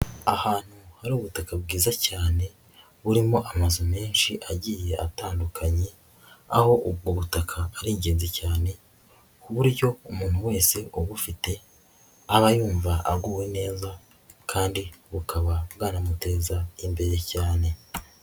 Ahantu hari ubutaka bwiza cyane burimo amazu menshi agiye atandukanye, aho ubwo butaka arigenzide cyane, ku buryo umuntu wese ubufite aba yumva aguwe neza kandi bukaba bunamuteza imbere cyane.